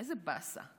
איזה באסה,